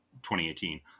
2018